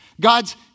God's